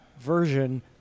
version